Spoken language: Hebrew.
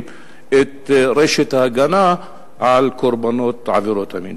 את רשת ההגנה על קורבנות עבירות המין.